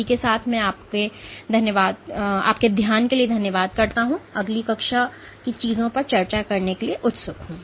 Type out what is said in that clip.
इसके साथ मैं आपके ध्यान के लिए धन्यवाद करता हूं कि मैं अगली कक्षा की चीजों पर चर्चा करने के लिए उत्सुक हूं